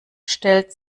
stellt